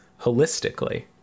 holistically